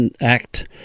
act